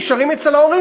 נשארים אצל ההורים,